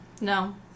No